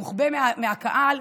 מוחבא מהקהל,